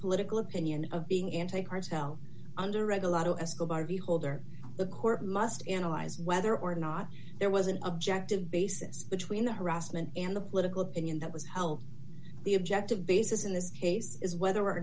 political opinion of being anti cartel under read a lot of escobar v holder the court must analyze whether or not there was an objective basis between the harassment and the political opinion that was held the objective basis in this case is whether or